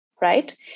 right